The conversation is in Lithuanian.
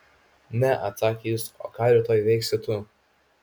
ne atsakė jis o ką rytoj veiksi tu